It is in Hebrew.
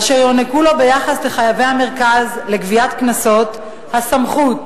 אשר יוענקו לו ביחס לחייבי המרכז לגביית קנסות הסמכות